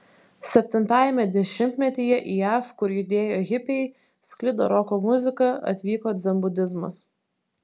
septintajame dešimtmetyje į jav kur judėjo hipiai sklido roko muzika atvyko dzenbudizmas